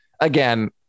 Again